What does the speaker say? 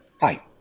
Hi